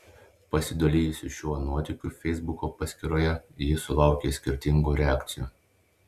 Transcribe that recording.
pasidalijusi šiuo nuotykiu feisbuko paskyroje ji sulaukė skirtingų reakcijų